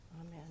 Amen